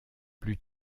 plus